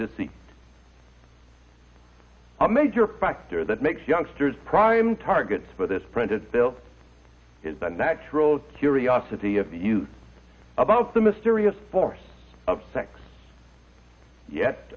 deceit a major factor that makes youngsters prime targets for this printed bill is the natural curiosity of the youth about the mysterious force of sex ye